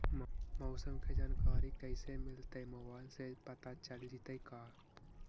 मौसम के जानकारी कैसे मिलतै मोबाईल से पता चल जितै का?